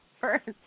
first